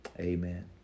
Amen